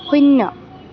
শূন্য